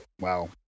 Wow